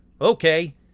Okay